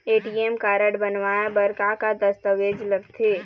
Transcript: ATM card बनवाए बर का का दस्तावेज लगथे?